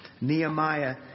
Nehemiah